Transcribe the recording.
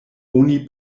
oni